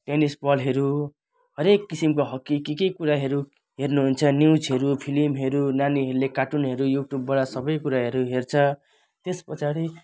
टेनिसबलहरू हरेक किसिमको हक्की के के कुराहरू हेर्नुहुन्छ न्युजहरू फिल्महरू नानीहरूले कार्टुनहरू युट्युबबाट सबै कुराहरू हेर्छ त्यस पछाडि